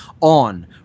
on